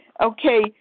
Okay